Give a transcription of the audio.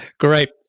Great